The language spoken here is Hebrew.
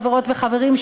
חברות וחברים,